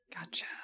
Gotcha